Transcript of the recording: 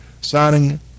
signing